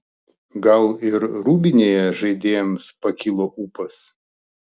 gal ir rūbinėje žaidėjams pakilo ūpas